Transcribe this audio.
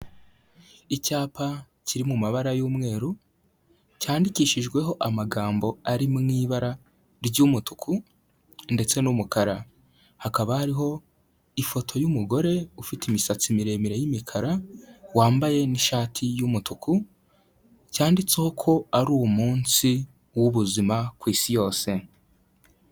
Icyapa kiri mu mabara y'umweru, cyandikishijweho amagambo ari mu ibara ry'umutuku ndetse n'umukara, hakaba hariho ifoto y'umugore ufite imisatsi miremire y'imikara, wambaye n'ishati y'umutuku cyanditseho ko ari umunsi w'ubuzima ku Isi yose.